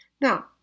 Now